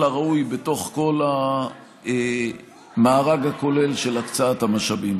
הראוי בתוך כל המארג הכולל של הקצאת המשאבים.